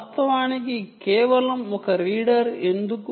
వాస్తవానికి కేవలం ఒక రీడర్ ఎందుకు